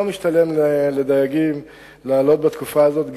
לא משתלם לדייגים לעלות בתקופה הזאת,